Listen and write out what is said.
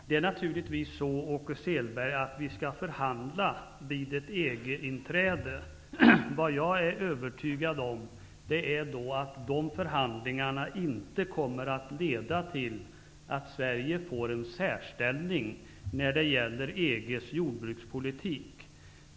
Herr talman! Vi skall naturligtvis förhandla vid ett EG-inträde, Åke Selberg. Jag är övertygad om att dessa förhandlingar inte kommer att leda till att Sverige får en särställning när det gäller EG:s jordbrukspolitik.